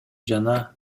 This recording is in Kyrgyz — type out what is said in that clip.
жана